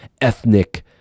ethnic